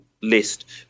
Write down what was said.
list